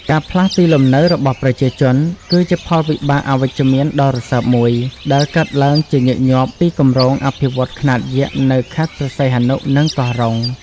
ការផ្លាស់ទីលំនៅរបស់ប្រជាជន គឺជាផលវិបាកអវិជ្ជមានដ៏រសើបមួយ ដែលកើតឡើងជាញឹកញាប់ពីគម្រោងអភិវឌ្ឍន៍ខ្នាតយក្សនៅខេត្តព្រះសីហនុ និងកោះរ៉ុង។